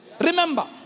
Remember